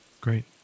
Great